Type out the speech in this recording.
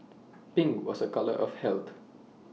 pink was A colour of health